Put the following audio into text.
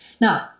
Now